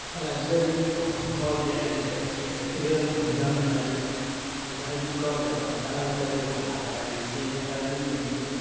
ଆମ ରାଜ୍ୟରେ ପ୍ରମୁଖ ଗ୍ୟାଲେରୀ ରହିଛି ସେଥିରେ ବିଭିନ୍ନ ନେତାଜୀ ନେତାଜୀଙ୍କ ଜନ୍ମସ୍ଥାନ ବିଷୟରେ ବର୍ଣ୍ଣନା କରାଯାଇଛି ନେତାଜୀ ଯେମିତି